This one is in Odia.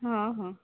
ହଁ ହଁ